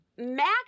Max